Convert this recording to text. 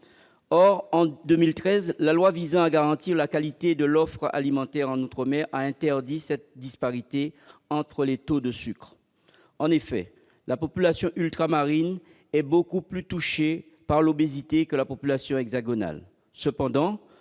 Or, en 2013, la loi visant à garantir la qualité de l'offre alimentaire en outre-mer a interdit cette disparité entre les taux de sucre. En effet, la population ultramarine est beaucoup plus touchée par l'obésité que la population hexagonale.